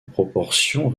proportion